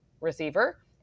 receiver